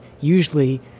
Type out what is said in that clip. usually